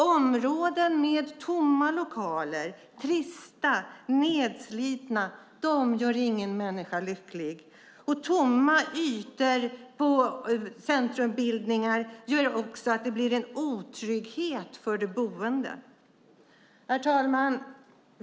Områden med tomma lokaler och som är trista och nedslitna gör ingen människa lycklig. Tomma ytor och centrumbildningar medför också en otrygghet för de boende. Herr talman!